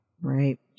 Right